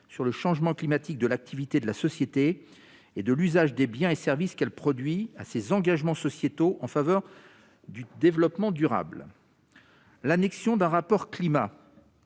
sur le changement climatique de l'activité de la société et de l'usage des biens et services qu'elle produit à ses engagements sociétaux en faveur du développement durable, l'annexion d'un rapport Climat